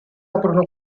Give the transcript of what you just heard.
aprono